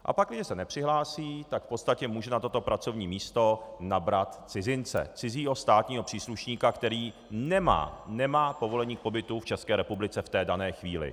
A pakliže se nepřihlásí, tak v podstatě může na toto pracovní místo nabrat cizince, cizího státního příslušníka, který nemá povolení k pobytu v České republice v té dané chvíli.